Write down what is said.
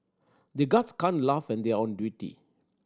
the guards can't laugh when they are on duty